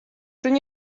czyli